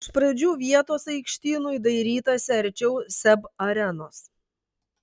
iš pradžių vietos aikštynui dairytasi arčiau seb arenos